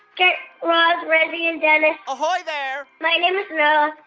guy raz, reggie and dennis ahoy there my name is nora.